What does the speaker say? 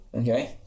okay